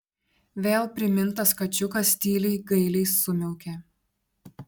vėl primintas kačiukas tyliai gailiai sumiaukė